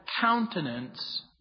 countenance